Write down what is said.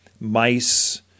mice